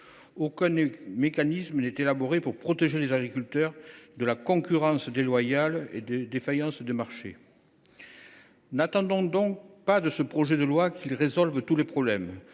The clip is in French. Aucun mécanisme n’est élaboré pour protéger les agriculteurs de la concurrence déloyale et des défaillances de marché. N’attendons donc pas de ce projet de loi qu’il résolve tous les problèmes